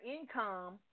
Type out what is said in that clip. income